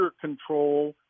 control